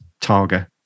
Targa